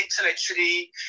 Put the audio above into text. intellectually